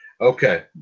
Okay